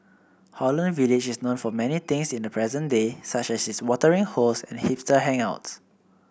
Holland Village is known for many things in the present day such as its watering holes and hipster hangouts